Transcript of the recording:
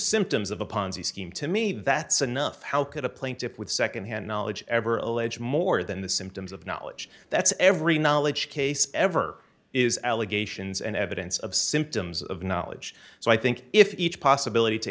symptoms of a ponzi scheme to me that's enough how could a plaintiff with nd hand knowledge ever allege more than the symptoms of knowledge that's every knowledge case ever is allegations and evidence of symptoms of knowledge so i think if each possibility to